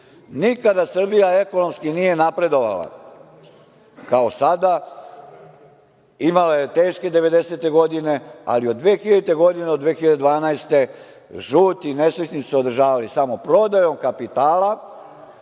itd. Nikada Srbija ekonomski nije napredovala kao sada. Imala je teške 90-e godine, ali od 2000. godine do 2012, žuti nesrećnici su održavali samo prodajom kapitala,